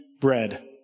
bread